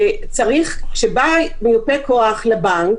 וכשבא מיופה כוח לבנק,